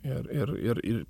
ir ir ir ir